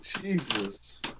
Jesus